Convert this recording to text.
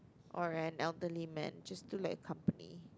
or an elderly man just do like company